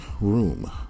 room